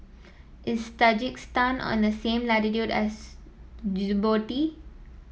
is Tajikistan on the same latitude as Djibouti